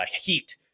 heat